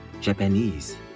Japanese